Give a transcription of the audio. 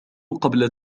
قبل